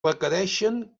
requereixen